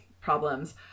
problems